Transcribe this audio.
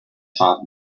top